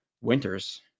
winters